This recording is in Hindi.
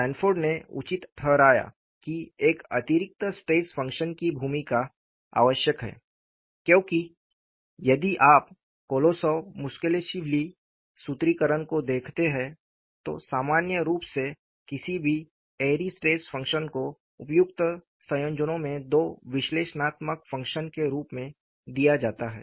सैनफोर्ड ने उचित ठहराया कि एक अतिरिक्त स्ट्रेस फ़ंक्शन की भूमिका आवश्यक है क्योंकि यदि आप कोलोसोव मुस्केलिशविली सूत्रीकरण को देखते हैं तो सामान्य रूप से किसी भी एयरी के स्ट्रेस फंक्शन को उपयुक्त संयोजनों में दो विश्लेषणात्मक फंक्शन के रूप में दिया जाता है